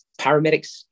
paramedics